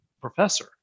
professor